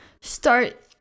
start